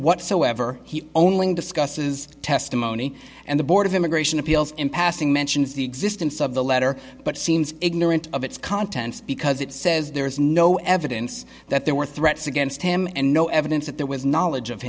whatsoever he only discusses testimony and the board of immigration appeals in passing mentions the existence of the letter but seems ignorant of its contents because it says there is no evidence that there were threats against him and no evidence that there was knowledge of